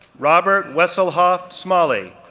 robert wesselhoeft smalley,